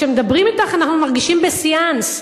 כשמדברים אתך אנחנו מרגישים בסיאנס,